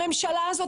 הממשלה הזאת